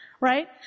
right